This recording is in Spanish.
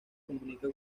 comunica